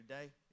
today